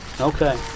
Okay